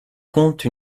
compte